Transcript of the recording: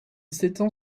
s’étend